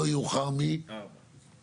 לא יאוחר מארבע.